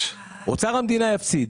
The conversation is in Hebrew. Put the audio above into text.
אבל אוצר המדינה יפסיד.